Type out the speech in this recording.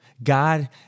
God